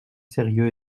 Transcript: sérieux